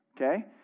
okay